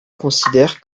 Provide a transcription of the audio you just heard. considère